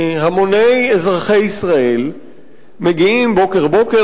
המוני אזרחי ישראל מגיעים בוקר-בוקר